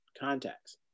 contacts